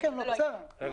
לא, בסדר,